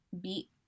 beat